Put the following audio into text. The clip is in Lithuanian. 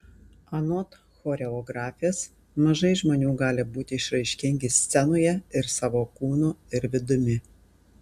anot choreografės mažai žmonių gali būti išraiškingi scenoje ir savo kūnu ir vidumi